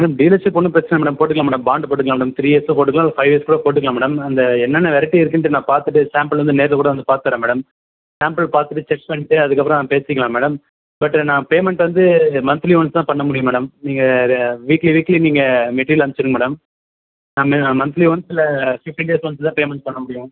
madam டீலர்ஸ்க்கு ஒன்றும் பிரச்சனை இல்லை மேடம் போட்டுக்கலாம் மேடம் பான்டு போட்டுக்கலாம் மேடம் த்ரீ இயர்ஸ் போட்டுக்கலாம் இல்லை ஃபைவ் இயர்ஸ் போட்டுக்கலாம் மேடம் அந்த என்னென்ன வெரைட்டி இருக்குன்டு நான் பார்த்துட்டு சாம்பிள் வந்து நேரில்கூட வந்து பார்த்திர்றேன் மேடம் சேம்பிள் பார்த்துட்டு செக் பண்ணிட்டு அதுக்கப்புறோம் பேசிக்கலாம் மேடம் பட் நான் பேமெண்ட் வந்த மன்த்லி ஒன்ஸ்தான் பண்ண முடியும் மேடம் நீங்கள் ரெ வீக்லி வீக்லி நீங்கள் மெட்ரீயல் அனுப்பிச்சியிருங்க மேடம் நாங்கள் மன்த்லி ஒன்ஸ்ல இல்லை ஃபிப்டின் டேஸ் ஒன்ஸ்சு பேமெண்ட் பண்ணமுடியும்